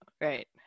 right